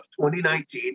2019